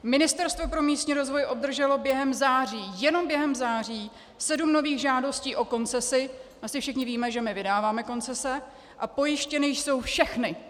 Ministerstvo pro místní rozvoj obdrželo během září jenom během září sedm nových žádostí o koncesi asi všichni víme, že my vydáváme koncese a pojištěny jsou všechny!